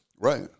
Right